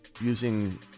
using